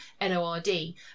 N-O-R-D